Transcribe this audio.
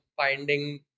finding